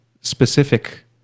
specific